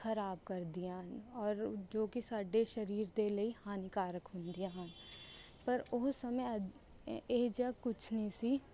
ਖਰਾਬ ਕਰਦੀਆਂ ਹਨ ਔਰ ਜੋ ਕਿ ਸਾਡੇ ਸਰੀਰ ਦੇ ਲਈ ਹਾਨੀਕਾਰਕ ਹੁੰਦੀਆਂ ਹਨ ਪਰ ਉਹ ਸਮੇਂ ਇਹੋ ਜਿਹਾ ਕੁਛ ਨਹੀਂ ਸੀ